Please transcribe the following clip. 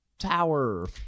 tower